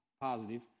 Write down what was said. positive